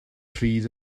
pryd